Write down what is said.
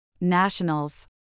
Nationals